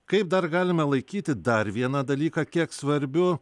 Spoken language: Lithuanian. kaip dar galime laikyti dar vieną dalyką kiek svarbiu